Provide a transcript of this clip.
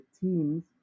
teams